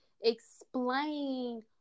explain